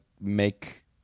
make